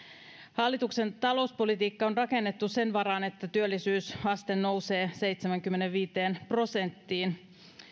hallituksen talouspolitiikka on rakennettu sen varaan että työllisyysaste nousee seitsemäänkymmeneenviiteen prosenttiin